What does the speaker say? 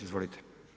Izvolite.